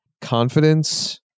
confidence